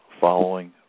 following